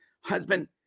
husband